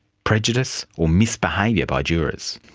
prejudice or misbehaviour by jurors.